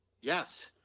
yes